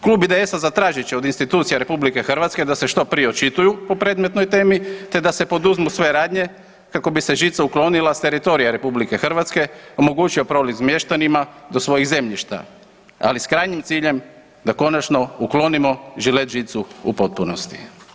Klub IDS-a zatražit će od institucija RH da se što prije očituju po predmetnoj temi te da se poduzmu sve radnje kako bi se žica uklonila s teritorija RH, omogućio prolaz mještanima do svojih zemljišta, ali s krajnjim ciljem da konačno uklonimo žilet žicu u potpunosti.